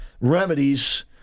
remedies